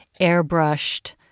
airbrushed